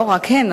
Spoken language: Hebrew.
לא רק הן,